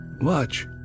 Watch